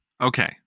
Okay